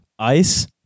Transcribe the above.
ICE